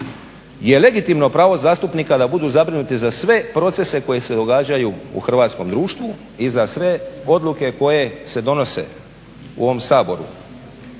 je legitimno pravo zastupnika da budu zabrinuti za sve procese koji se događaju u hrvatskom društvu i za sve odluke koje se donose u ovom Saboru.